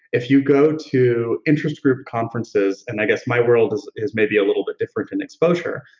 if you go to interest group conferences and i guess my world is is maybe a little bit different in exposure,